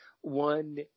One